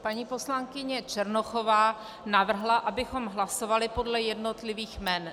Paní poslankyně Černochová navrhla, abychom hlasovali podle jednotlivých jmen.